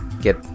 Get